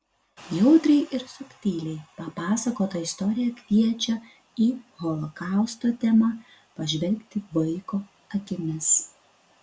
jautriai ir subtiliai papasakota istorija kviečia į holokausto temą pažvelgti vaiko akimis